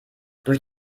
durch